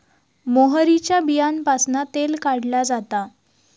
मोहरीच्या बीयांपासना तेल काढला जाता